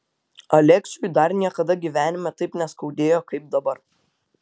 aleksiui dar niekada gyvenime taip neskaudėjo kaip dabar